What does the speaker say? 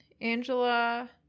Angela